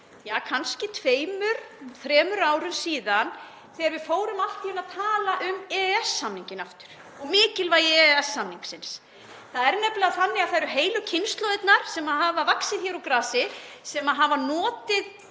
vorum fyrir tveimur, þremur árum síðan þegar við fórum allt í einu að tala um EES-samninginn aftur og mikilvægi EES-samningsins. Það er nefnilega þannig að það eru heilu kynslóðirnar sem hafa vaxið úr grasi sem hafa notið